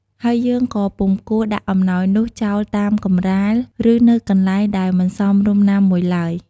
ហើយយើងក៏ពុំគួរដាក់អំណោយនោះចោលតាមកម្រាល ឬនៅកន្លែងដែលមិនសមរម្យណាមួយឡើយ។